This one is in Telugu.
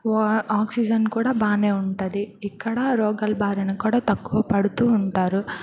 ఆక్సిజన్ కూడా బాగానే ఉంటుంది ఇక్కడ రోగాల భారిని కూడా తక్కువ పడుతూ ఉంటారు